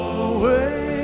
away